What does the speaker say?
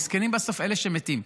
מסכנים בסוף אלה שמתים.